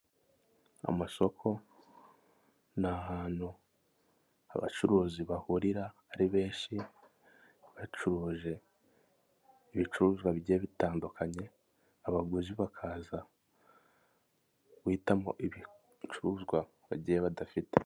Amasoko ni ahantu abacuruzi bahurira ari benshi, bacuruje ibicuruzwa bi bigiye bitandukanye, abaguzi bakaza guhitamo ibicuruzwa bagiye badafite.